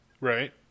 Right